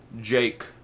jake